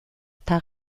eta